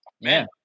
man